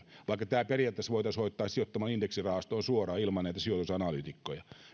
vaikka tämä periaatteessa voitaisiin hoitaa sijoittamalla indeksirahastoon suoraan ilman näitä sijoitusanalyytikkoja